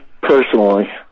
personally